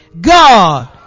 God